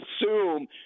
assume